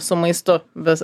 su maistu vis